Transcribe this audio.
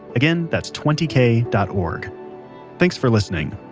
again, that's twenty kay dot org thanks for listening